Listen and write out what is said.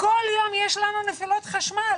כל יום יש לנו נפילות חשמל.